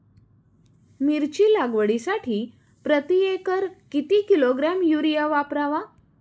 मिरची लागवडीसाठी प्रति एकर किती किलोग्रॅम युरिया वापरावा?